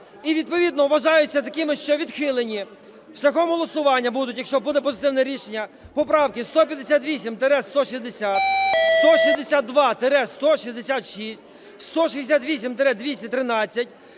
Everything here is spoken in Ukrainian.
вважаються такими, що відхилені шляхом голосування будуть, якщо буде позитивне рішення, поправки 158-160, 162-166, 168-213,